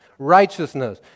righteousness